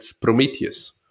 Prometheus